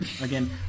again